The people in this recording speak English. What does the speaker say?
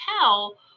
tell